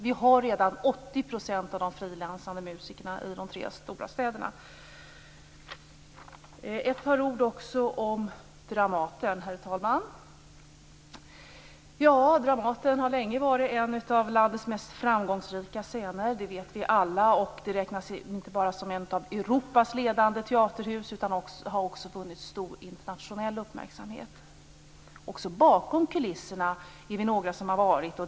Vi har redan Jag vill också säga ett par ord om Dramaten, herr talman. Dramaten har länge varit en av landets mest framgångsrika scener; det vet vi alla. Den räknas inte bara som ett av Europas ledande teaterhus utan har också vunnit stor internationell uppmärksamhet. Några av oss har också varit bakom kulisserna.